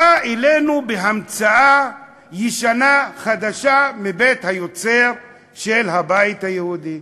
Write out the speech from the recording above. בא אלינו בהמצאה ישנה-חדשה מבית-היוצר של הבית היהודי.